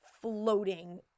floating